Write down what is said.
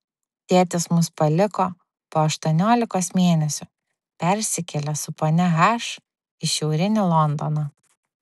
tėtis mus paliko po aštuoniolikos mėnesių persikėlė su ponia h į šiaurinį londoną